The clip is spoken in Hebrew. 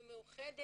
במאוחדת